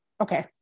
Okay